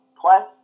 plus